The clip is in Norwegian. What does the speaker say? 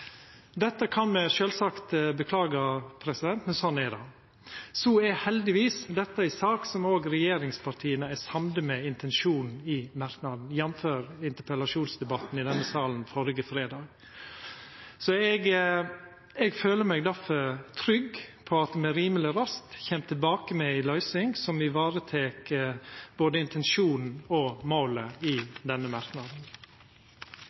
Dette kan me sjølvsagt beklaga, men sånn er det. Så er heldigvis dette ei sak der òg regjeringspartia er samde i intensjonen i merknaden, jf. interpellasjonsdebatten i denne salen førre fredag. Eg føler meg difor trygg på at me rimeleg raskt kjem tilbake med ei løysing som varetek både intensjonen og målet